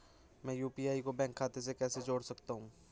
मैं यू.पी.आई को बैंक खाते से कैसे जोड़ सकता हूँ?